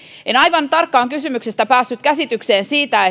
en aivan tarkkaan kysymyksestä päässyt käsitykseen siitä